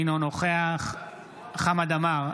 אינו נוכח חמד עמאר,